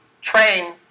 train